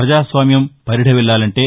ప్రజాస్వామ్యం పరిధవిల్లాలంటే